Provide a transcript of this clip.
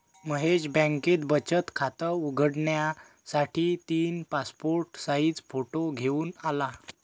महेश बँकेत बचत खात उघडण्यासाठी तीन पासपोर्ट साइज फोटो घेऊन आला